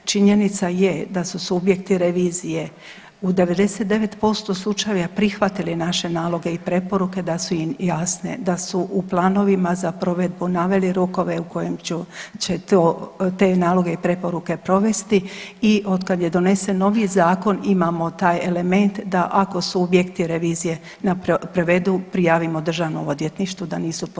Činjenica je da su subjekti revizije u 99% slučajeva prihvatili naše naloge i preporuke da su im jasne, da su u planovima za provedbu naveli rokove u kojem će te naloge i preporuke provesti i od kad je donesen noviji zakon imamo taj element da ako subjekti revizije prevedu prijavimo državnom odvjetništvu da nisu postupili.